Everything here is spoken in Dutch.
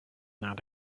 naar